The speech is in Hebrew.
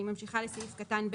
אני ממשיכה לסעיף קטן (ב),